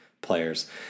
players